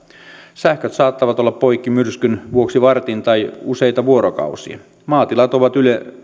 sähköt saattavat olla poikki myrskyn vuoksi vartin tai useita vuorokausia maatilat ovat